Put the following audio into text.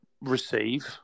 receive